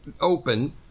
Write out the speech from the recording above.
open